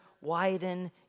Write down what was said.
widen